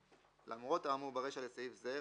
"(ג1)למרות האמור ברישא לסעיף זה,